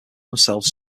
themselves